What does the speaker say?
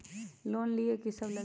Loan लिए की सब लगी?